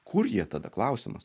kur jie tada klausimas